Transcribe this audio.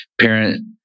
parent